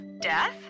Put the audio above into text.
Death